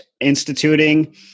instituting